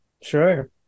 sure